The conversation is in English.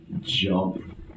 jump